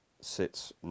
sits